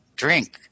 Drink